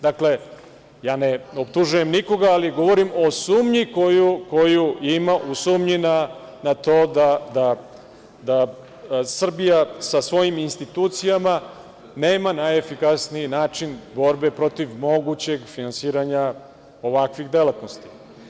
Dakle, ne optužujem nikoga, ali govorim o sumnji na to da Srbija sa svojim institucijama nema najefikasniji način borbe protiv mogućeg finansiranja ovakvih delatnosti.